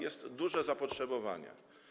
Jest duże zapotrzebowanie.